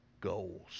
goals